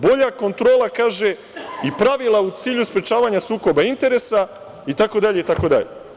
Bolja kontrola, kaže, i pravila u cilju sprečavanja sukoba interesa, itd, itd.